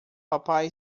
papai